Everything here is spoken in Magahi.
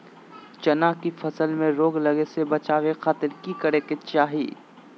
चना की फसल में रोग लगे से बचावे खातिर की करे के चाही?